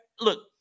look